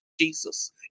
Jesus